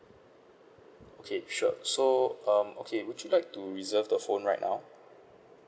okay sure so um okay would you like to reserve the phone right now